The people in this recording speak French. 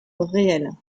réels